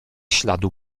śladu